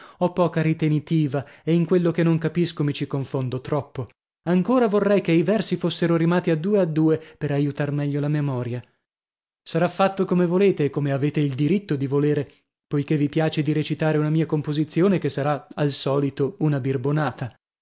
ho poca ritenitiva e in quello che non capisco mi ci confondo troppo ancora vorrei che i versi fossero rimati a due a due per aiutar meglio la memoria sarà fatto come volete e come avete il diritto di volere poichè vi piace di recitare una mia composizione che sarà al solito una